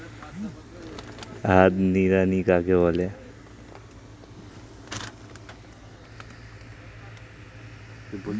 হাত নিড়ানি কাকে বলে?